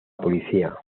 policía